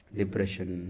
depression